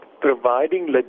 providing